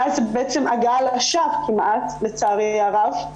ואז בעצם הגעה ל- -- כמעט לצערי הרב,